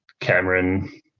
Cameron